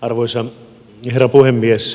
arvoisa herra puhemies